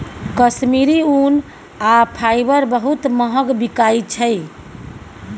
कश्मीरी ऊन आ फाईबर बहुत महग बिकाई छै